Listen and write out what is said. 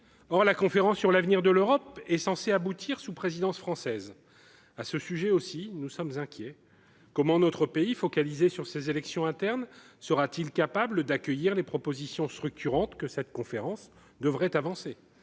Or la Conférence sur l'avenir de l'Europe est censée aboutir sous présidence française. À ce sujet aussi, nous sommes inquiets. Comment notre pays, focalisé sur ses élections intérieures, sera-t-il capable d'accueillir les propositions structurantes que cette conférence devrait avancer ?